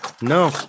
no